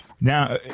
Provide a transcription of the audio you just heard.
now